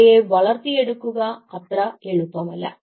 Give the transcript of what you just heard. അവയെ വളർത്തിയെടുക്കുക അത്രയെളുപ്പമല്ല